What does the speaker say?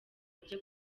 ajye